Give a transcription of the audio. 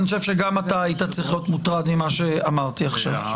אני חושב שגם אתה היית צריך להיות מוטרד ממה שאמרתי עכשיו.